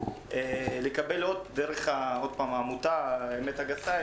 לקבל עוד תלונות של הורים דרך עמותת "האמת הגסה".